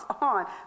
on